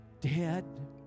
dead